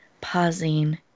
pausing